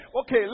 Okay